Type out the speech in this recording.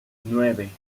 nueve